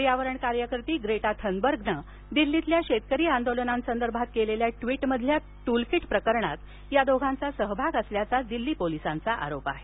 पर्यावरण कार्यकर्ती ग्रेटा थ्रेनबर्गने दिल्लीतल्या शेतकरी आंदोलनासंदर्भात केलेल्या ट्विटमधील ट्रलकिट प्रकरणात या दोघांचा सहभाग असल्याचा दिल्ली पोलिसांचा आरोप आहे